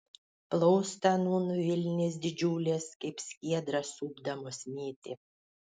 plaustą nūn vilnys didžiulės kaip skiedrą supdamos mėtė